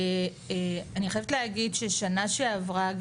ואני חייבת להגיד ששנה שעברה,